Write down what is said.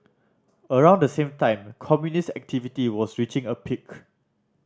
around the same time communist activity was reaching a peak